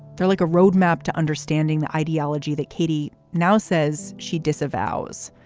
they're like a roadmap to understanding the ideology that katie now says she disavows.